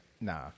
nah